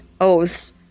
oaths